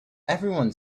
everyone